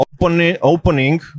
opening